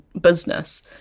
business